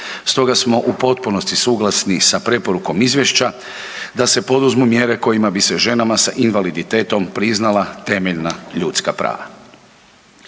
Stoga smo u potpunosti suglasni sa preporukom izvješća da se poduzmu mjere kojima bi se ženama sa invaliditetom priznala temeljna ljudska prava.